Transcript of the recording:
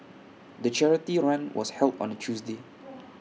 the charity run was held on A Tuesday